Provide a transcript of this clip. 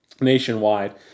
nationwide